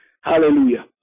Hallelujah